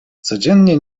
codziennie